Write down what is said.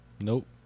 Nope